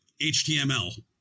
html